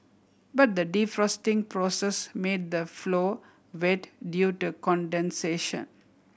but the defrosting process made the floor wet due to condensation